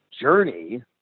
journey